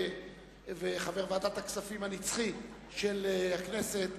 וחבר ועדת הכספים הנצחי של הכנסת,